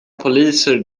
poliser